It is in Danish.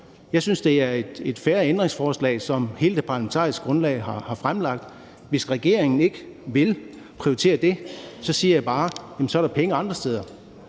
Jeg synes, det er et fair ændringsforslag, som hele det parlamentariske grundlag har stillet. Hvis regeringen ikke vil prioritere det, siger jeg bare, at så er der penge andre steder.